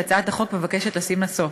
והצעת החוק מבקשת לשים לה סוף.